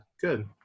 Good